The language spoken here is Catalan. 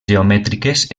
geomètriques